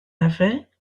avait